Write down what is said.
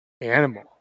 animal